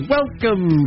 Welcome